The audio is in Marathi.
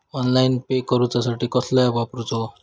ऑनलाइन पे करूचा साठी कसलो ऍप वापरूचो?